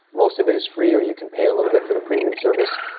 most of it is free or you can pay a little bit for their premium service.